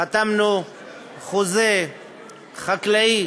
חתמנו חוזה חקלאי